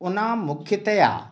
ओना मुख्यतया